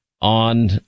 on